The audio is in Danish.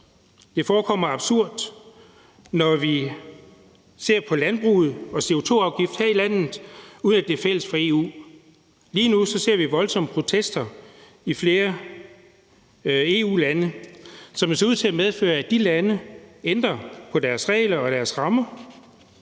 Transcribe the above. Det forekommer absurd, når vi ser på landbruget og CO2-afgift her i landet, uden at det er fælles for EU. Lige nu ser vi voldsomme protester i flere EU-lande, som ser ud til at medføre, at de lande ændrer på deres regler og deres rammer.